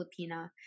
filipina